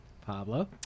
Pablo